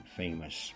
famous